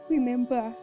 Remember